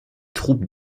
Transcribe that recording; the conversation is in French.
troupes